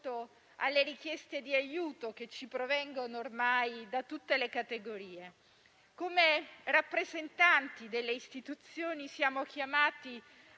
alle richieste di aiuto che ci provengono ormai da tutte le categorie. Come rappresentanti delle istituzioni, siamo chiamati a